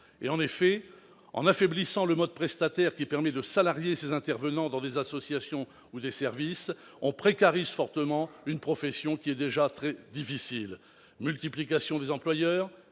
à domicile. En affaiblissant le mode prestataire qui permet de salarier ces intervenants dans des associations ou des services, on précarise fortement une profession déjà très difficile : multiplication des employeurs,